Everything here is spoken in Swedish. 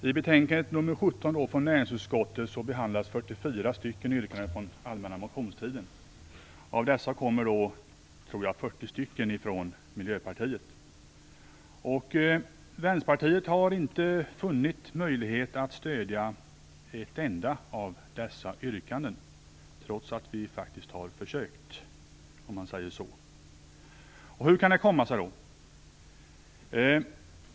Herr talman! I näringsutskottets betänkande nr 17 behandlas 44 yrkanden från den allmänna motionstiden. Av dessa kommer, tror jag, 40 från Miljöpartiet. Vi i Vänsterpartiet har inte funnit möjlighet att stödja något enda av dessa yrkanden, trots att vi faktiskt har försökt. Hur kan det då komma sig?